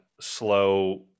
slow